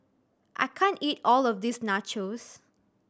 I can't eat all of this Nachos